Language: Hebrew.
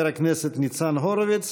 תודה, חבר הכנסת ניצן הורוביץ.